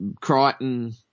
Crichton